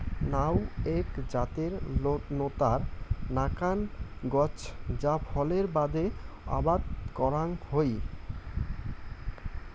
নাউ এ্যাক জাতের নতার নাকান গছ যা ফলের বাদে আবাদ করাং হই